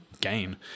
gain